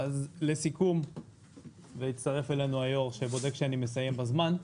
מצטרף אלינו היושב ראש שבודק שאני מסיים את הישיבה בזמן.